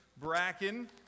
Bracken